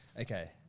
okay